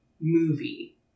movie